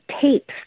tapes